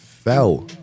Fell